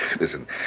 Listen